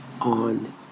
on